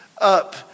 up